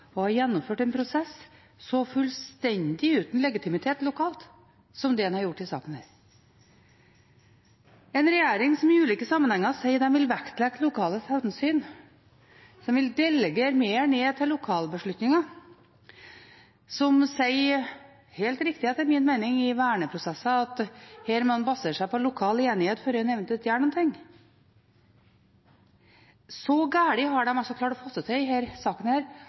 en regjering som i ulike sammenhenger sier de vil vektlegge lokale hensyn, som vil delegere mer ned til lokalbeslutninger, som sier, helt riktig, etter min mening, i verneprosesser at her må en basere seg på lokal enighet før en eventuelt gjør noe. Så galt har de altså klart å få det til i denne saken